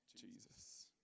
Jesus